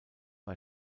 bei